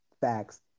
Facts